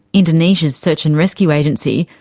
indonesia's search and rescue agency,